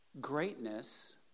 Greatness